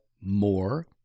more